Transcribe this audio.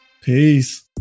Peace